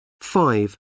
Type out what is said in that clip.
Five